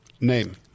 Name